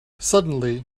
suddenly